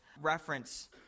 reference